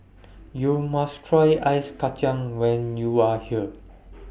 YOU must Try Ice Kacang when YOU Are here